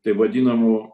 taip vadinamų